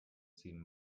ziehen